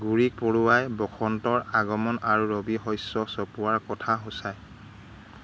গুৰি পৰুৱাই বসন্তৰ আগমন আৰু ৰবি শস্য চপোৱাৰ কথা সূচায়